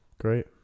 great